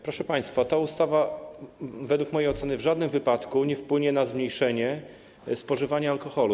Proszę państwa, ta ustawa według mojej oceny w żadnym wypadku nie wpłynie na zmniejszenie spożywania alkoholu.